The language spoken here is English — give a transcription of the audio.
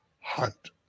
Hunt